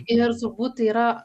ir turbūt tai yra